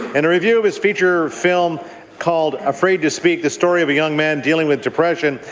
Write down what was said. and a review of his feature film called, afraid to speak the story of a young man dealing with depression,